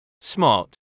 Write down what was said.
Smart